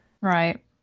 Right